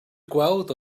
gweld